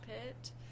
pit